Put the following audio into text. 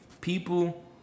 People